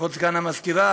כבוד סגן המזכירה,